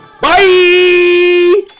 Bye